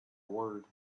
word